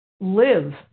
live